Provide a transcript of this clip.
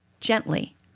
gently